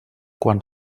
quan